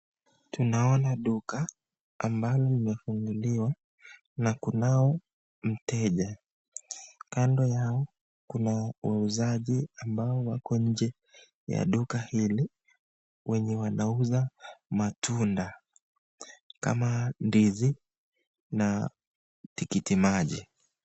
Tunaona duka ambayo imefunguliwa na kunao mteja, kando yao kuna wauzaji ambao wako nje ya duka hili, wenye wanauza matunda kama ndizi na tikiti maji.